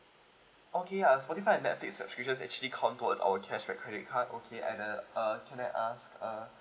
okay ah spotify and netflix subscription actually count towards our cashback credit card okay and uh uh can I ask uh